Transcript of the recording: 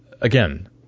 again